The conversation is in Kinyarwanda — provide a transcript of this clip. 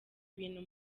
ibintu